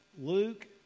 Luke